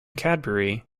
cadbury